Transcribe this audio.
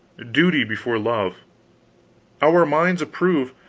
duty before love our minds approve,